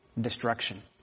destruction